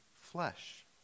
flesh